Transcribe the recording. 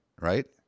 right